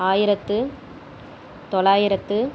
ஆயிரத்து தொள்ளாயிரத்தி